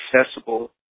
accessible